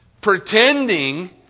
pretending